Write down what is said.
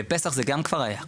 בפסח זה גם כבר היה ככה.